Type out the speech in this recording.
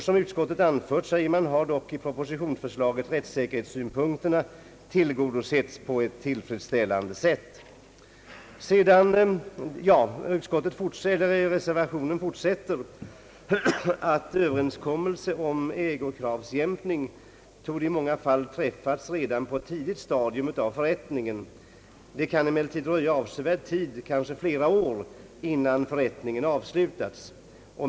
Som utskottet anfört, säger man vidare, har dock i propositionsförslaget rättssäkerhetssynpunkterna tillgodosetts på ett tillfredsställande sätt. Reservanterna fortsätter: »Överenskommelse om ägokravsjämkning torde i många fall träffas redan på ett tidigt stadium av förrättningen. Det kan emellertid dröja avsevärd tid, kanske flera år, innan förrättningen avslutas.